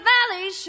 Valley